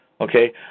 okay